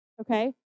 okay